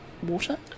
water